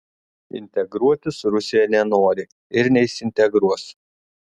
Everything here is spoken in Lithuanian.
integruotis rusija nenori ir nesiintegruos